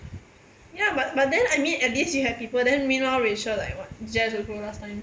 ya but but then I mean at least you have people then meanwhile rachel like what also last time